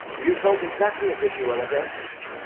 you talk exactly as if you were a dentist.